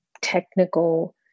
technical